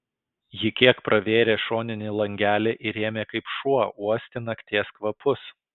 ji kiek pravėrė šoninį langelį ir ėmė kaip šuo uosti nakties kvapus